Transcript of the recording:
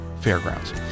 Fairgrounds